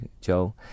Joe